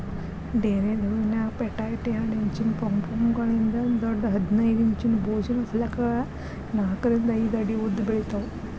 ಡೇರೆದ್ ಹೂವಿನ್ಯಾಗ ಪೆಟೈಟ್ ಎರಡ್ ಇಂಚಿನ ಪೊಂಪೊಮ್ಗಳಿಂದ ದೊಡ್ಡ ಹದಿನೈದ್ ಇಂಚಿನ ಭೋಜನ ಫಲಕಗಳ ನಾಕರಿಂದ ಐದ್ ಅಡಿ ಉದ್ದಬೆಳಿತಾವ